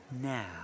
Now